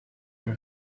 are